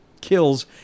kills